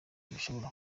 babishobora